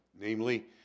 Namely